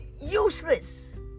useless